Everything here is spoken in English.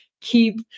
keep